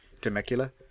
Temecula